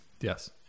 Yes